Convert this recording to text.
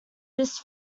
this